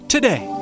Today